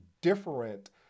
different